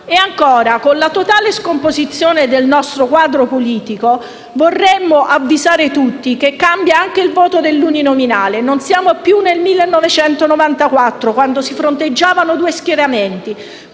Con la totale scomposizione del nostro quadro politico, vorremmo avvisare tutti che cambia anche il voto nell'uninominale. Non siamo più nel 1994, quando si fronteggiavano due schieramenti;